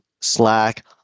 Slack